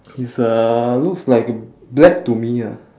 it's a looks like black to me ah